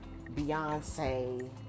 Beyonce